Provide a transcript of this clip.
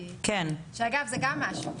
שאגב זה גם משהו.